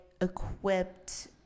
equipped